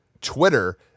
Twitter